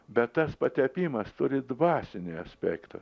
bet tas patepimas turi dvasinį aspektą